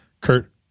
Kurt